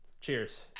Cheers